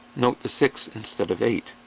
note the six instead of eight.